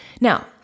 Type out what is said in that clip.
Now